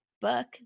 book